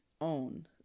own